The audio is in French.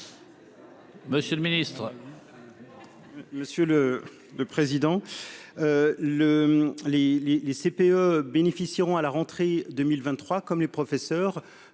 Monsieur le Ministre.